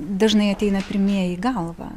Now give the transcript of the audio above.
dažnai ateina pirmieji į galvą